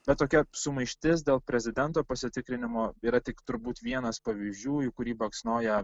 bet tokia sumaištis dėl prezidento pasitikrinimo yra tik turbūt vienas pavyzdžių į kurį baksnoja